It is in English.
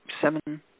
seven